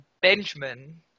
Benjamin